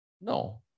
No